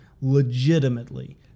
legitimately